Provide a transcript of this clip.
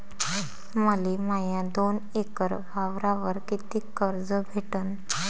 मले माया दोन एकर वावरावर कितीक कर्ज भेटन?